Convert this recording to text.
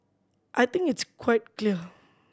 I think it's quite clear